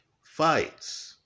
fights